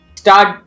start